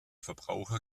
verbraucher